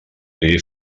dir